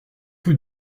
rue